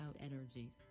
energies